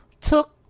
took